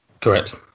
Correct